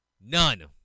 None